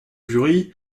jury